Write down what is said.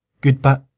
Goodbye